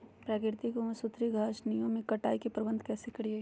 प्राकृतिक एवं सुधरी घासनियों में कटाई प्रबन्ध कैसे करीये?